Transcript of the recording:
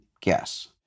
guess